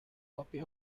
copy